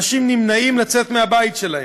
אנשים נמנעים מלצאת מהבית שלהם.